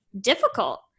difficult